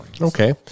okay